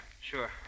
Sure